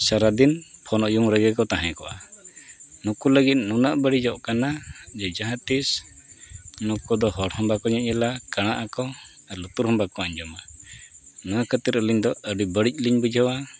ᱥᱟᱨᱟᱫᱤᱱ ᱯᱷᱳᱱ ᱩᱭᱩᱝ ᱨᱮᱜᱮ ᱠᱚ ᱛᱟᱦᱮᱸ ᱠᱚᱜᱼᱟ ᱱᱩᱠᱩ ᱞᱟᱹᱜᱤᱫ ᱱᱩᱱᱟᱹᱜ ᱵᱟᱹᱲᱤᱡᱚᱜ ᱠᱟᱱᱟ ᱡᱮ ᱡᱟᱦᱟᱸ ᱛᱤᱸᱥ ᱱᱩᱠᱩ ᱫᱚ ᱦᱚᱲ ᱦᱚᱸ ᱵᱟᱠᱚ ᱧᱮᱧᱮᱞᱟ ᱠᱟᱲᱟᱜ ᱟᱠᱚ ᱟᱨ ᱞᱩᱛᱩᱨ ᱦᱚᱸ ᱵᱟᱠᱚ ᱟᱸᱡᱚᱢᱟ ᱱᱚᱣᱟ ᱠᱷᱟᱹᱛᱤᱨ ᱟᱹᱞᱤᱧ ᱫᱚ ᱟᱹᱰᱤ ᱵᱟᱹᱲᱤᱡ ᱞᱤᱧ ᱵᱩᱡᱷᱟᱹᱣᱟ